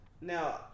now